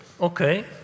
Okay